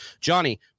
Johnny